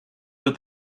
but